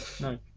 No